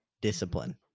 discipline